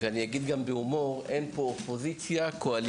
אני גם בהומור שאין פה אופוזיציה קואליציה,